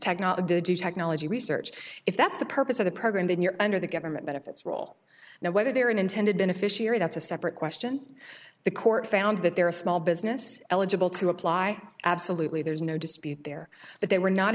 technology technology research if that's the purpose of the program then you're under the government benefits role now whether they're intended beneficiary that's a separate question the court found that there are small business eligible to apply absolutely there's no dispute there that they were not